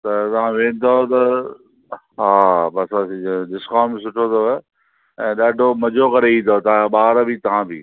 त तव्हां वेंदव त हा डिस्काउंट सुठो अथव ऐं ॾाढो मज़ो करे ईंदव तव्हां जा ॿार बि तव्हां बि